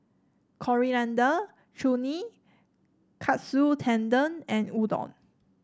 Coriander Chutney Katsu Tendon and Udon